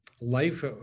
life